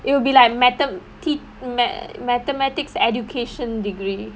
it will be like mathe~ mathematics education degree